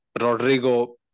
Rodrigo